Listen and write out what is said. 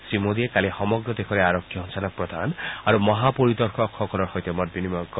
শ্ৰীমোডীয়ে কালি সমগ্ৰ দেশৰে আৰক্ষী সঞ্চালকপ্ৰধান আৰু মহাপৰিদৰ্শকসকলৰ সৈতে মত বিনিময় কৰে